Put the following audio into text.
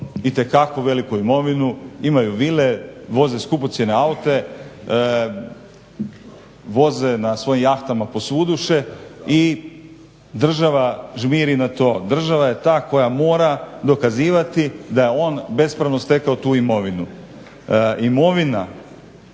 itekako veliku imovinu, imaju vile, voze skupocjene aute, voze na svojim jahtama posvuduše i država žmiri na to. država je ta koja mora dokazivati da je on bespravno stekao tu imovinu.